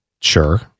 sure